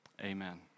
Amen